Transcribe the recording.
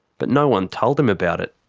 but no one told him about it.